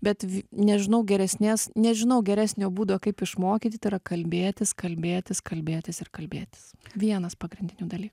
bet nežinau geresnės nežinau geresnio būdo kaip išmokyti tai yra kalbėtis kalbėtis kalbėtis ir kalbėtis vienas pagrindinių daly